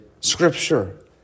Scripture